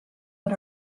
but